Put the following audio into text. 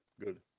Good